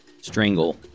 strangle